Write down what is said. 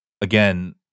again